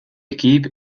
équipe